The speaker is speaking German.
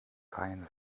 keine